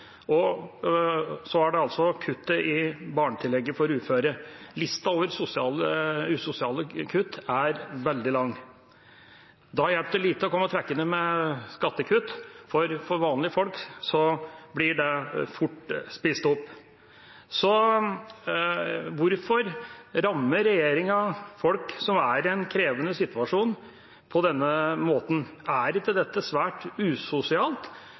barnetillegget for uføre. Lista over usosiale kutt er veldig lang. Da hjelper det lite å komme trekkende med skattekutt, for for vanlige folk blir det fort spist opp. Hvorfor rammer regjeringa folk som er i en krevende situasjon, på denne måten? Er ikke dette svært usosialt?